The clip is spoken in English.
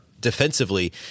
defensively